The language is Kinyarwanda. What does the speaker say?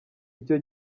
icyo